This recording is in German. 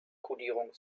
kodierung